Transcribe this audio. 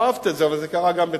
לא אהבת את זה אבל זה קרה גם בתקופתך,